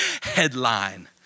headline